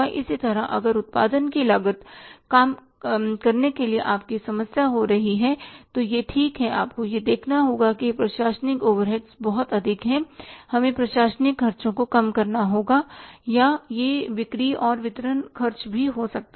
इसी तरह अगर उत्पादन की लागत काम करने के लिए आपकी समस्या हो रही है तो यह ठीक है तो आपको यह देखना होगा कि प्रशासनिक ओवरहेड्स बहुत अधिक हैं हमें प्रशासनिक ख़र्चों को कम करना होगा या यह बिक्री और वितरण खर्च हो सकता है